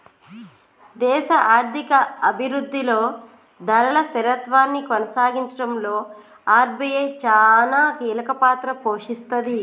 దేశ ఆర్థిక అభిరుద్ధిలో ధరల స్థిరత్వాన్ని కొనసాగించడంలో ఆర్.బి.ఐ చానా కీలకపాత్ర పోషిస్తది